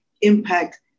impact